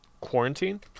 quarantine